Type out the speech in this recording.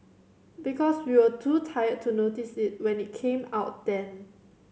because we were too tired to notice it when it came out then